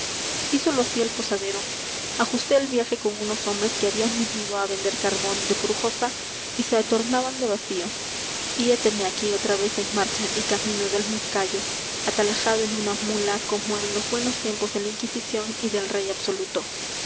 hízolo así el posadero ajusté el viaje con unos hombres que habían venido á vender carbón de purujosa y se tornaban de vacío y héteme aquí otra vez en marcha y camino del moncayo atalajado en una mula como en los buenos tiempos de la inquisición y del rey absoluto